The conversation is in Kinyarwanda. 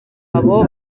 abo